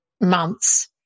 months